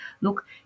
look